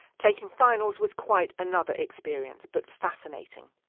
taking finals was quite another experience but fascinating.